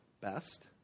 best